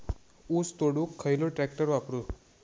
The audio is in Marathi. ऊस तोडुक खयलो ट्रॅक्टर वापरू?